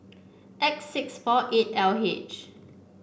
X six four eight L H